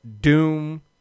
Doom